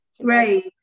Right